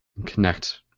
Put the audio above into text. Connect